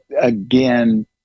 again